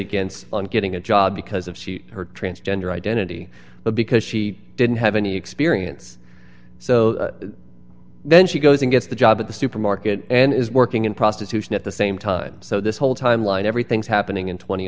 against on getting a job because of shoot her transgender identity but because she didn't have any experience so then she goes and gets the job at the supermarket and is working in prostitution at the same time so this whole time line everything's happening in tw